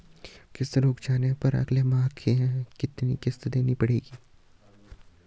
किश्त रुक जाने पर अगले माह कितनी किश्त देनी पड़ेगी?